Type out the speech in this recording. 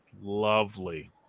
lovely